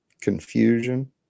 confusion